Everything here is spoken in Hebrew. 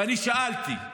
ואני שאלתי,